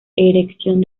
erección